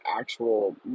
actual